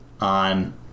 on